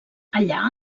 allà